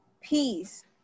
peace